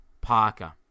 Parker